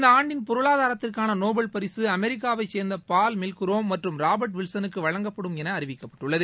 இந்த ஆண்டின் பொருளாதாரத்திற்கான நோபல் பரிசு அமெரிக்காவைச் சேர்ந்த பால் மில்குரோம் மற்றும் ராபர்ட் வில்சனுக்கு வழங்கப்படும் என அறிவிக்கப்பட்டுள்ளது